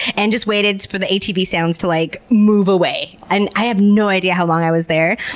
and just waited for the atv sounds to like move away. and i have no idea how long i was there,